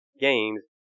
games